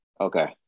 Okay